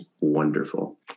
wonderful